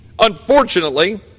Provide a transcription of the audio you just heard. unfortunately